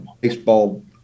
baseball